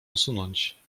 usunąć